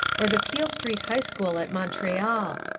or the peel street high school at montreal.